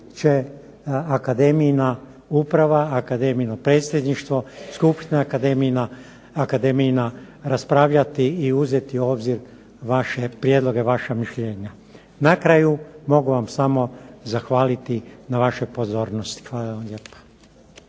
će akademijina uprava, akademijino predsjedništvo, skupština akademijina raspravljati i uzeti u obzir vaše prijedloge, vaša mišljenja. Na kraju mogu vam samo zahvaliti na vašoj pozornosti. Hvala vam lijepa.